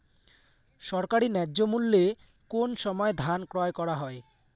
সরকারি ন্যায্য মূল্যে কোন সময় ধান ক্রয় করা হয়?